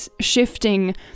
shifting